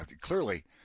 clearly